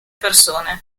persone